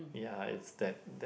yeah it's that